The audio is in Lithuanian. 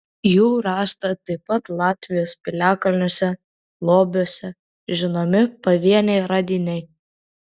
jų rasta taip pat latvijos piliakalniuose lobiuose žinomi pavieniai radiniai